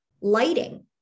lighting